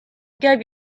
gave